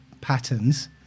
patterns